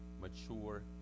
mature